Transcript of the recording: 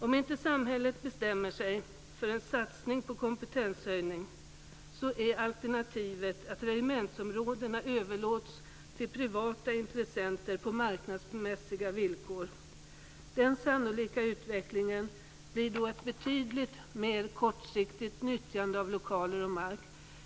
Om inte samhället bestämmer sig för en satsning på kompetenshöjning är alternativet att regementsområdena överlåts till privata intressenter på marknadsmässiga villkor. Den sannolika utvecklingen blir då ett betydligt mer kortsiktigt nyttjande av lokaler och mark.